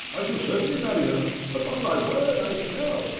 i shall certainly marry her upon my word, i shall!